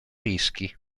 rischi